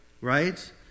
right